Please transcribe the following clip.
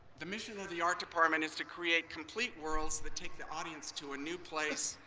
the mission of the art department is to create complete worlds that take the audience to a new place,